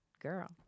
girl